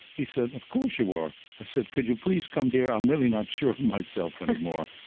he said, of course you are. i said, could you please come here i'm really not sure of myself any more.